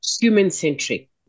human-centric